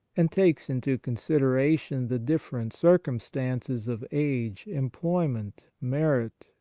and takes into consideration the different circumstances of age, employment, merit,